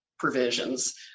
provisions